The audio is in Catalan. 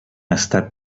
estat